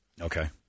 Okay